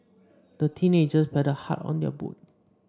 the teenagers paddled hard on their boat